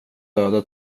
döda